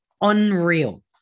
unreal